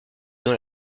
dans